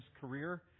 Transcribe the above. career